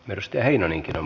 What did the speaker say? mysteerinainenkin on